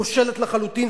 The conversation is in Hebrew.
כושלת לחלוטין.